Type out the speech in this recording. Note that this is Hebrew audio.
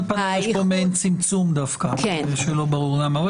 על פניו יש פה מעין צמצום דווקא שלא ברור למה,